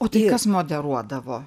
o tai kas moderuodavo